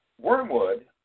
Wormwood